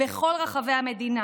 בכל רחבי המדינה,